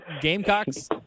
Gamecocks